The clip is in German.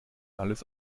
alles